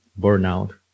burnout